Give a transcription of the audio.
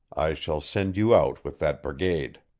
i shall send you out with that brigade.